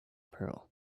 pearl